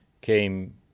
came